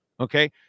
Okay